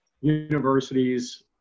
universities